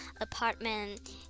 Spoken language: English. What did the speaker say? apartment